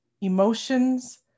emotions